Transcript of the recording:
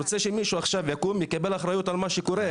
אני רוצה שמישהו יקום עכשיו ויקבל אחריות על מה שקורה.